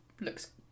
Looks